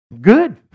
Good